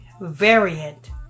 variant